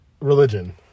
religion